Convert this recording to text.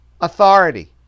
authority